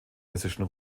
hessischen